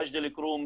מג'ד אל כרום,